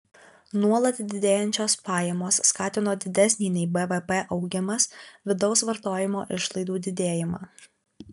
nuolat didėjančios pajamos skatino didesnį nei bvp augimas vidaus vartojimo išlaidų didėjimą